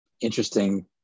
interesting –